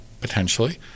potentially